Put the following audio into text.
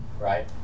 right